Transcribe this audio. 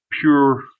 pure